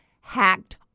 hacked